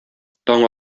таң